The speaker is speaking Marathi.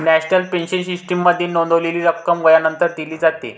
नॅशनल पेन्शन सिस्टीममध्ये नोंदवलेली रक्कम वयानंतर दिली जाते